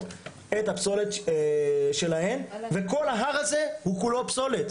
את הפסולת שלהן וכל ההר הזה הוא כולו פסולת.